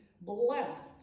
blessed